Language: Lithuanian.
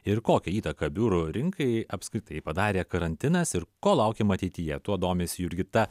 ir kokią įtaką biurų rinkai apskritai padarė karantinas ir ko laukiama ateityje tuo domisi jurgita